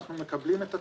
אנחנו מקבלים את התלונות,